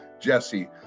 Jesse